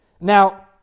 Now